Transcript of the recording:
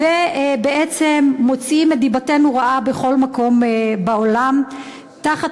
ובעצם מוציאים את דיבתנו רעה בכל מקום בעולם תחת